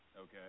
Okay